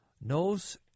knows